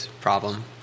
problem